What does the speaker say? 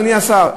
אדוני השר,